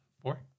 Four